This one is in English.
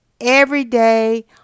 everyday